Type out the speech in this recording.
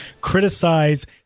criticize